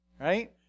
right